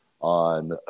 on